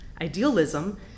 idealism